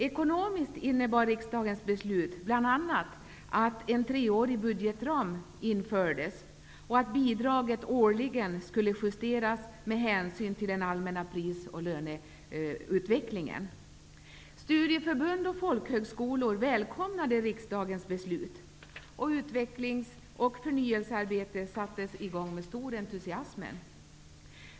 Ekonomiskt innebar riksdagens beslut bl.a. att en treårig budgetram infördes och att bidraget årligen skulle justeras med hänsyn till den allmänna prisoch löneutvecklingen. Studieförbund och folkhögskolor välkomnade riksdagens beslut och utvecklings och förnyelsearbetet sattes i gång med stor entusiasm.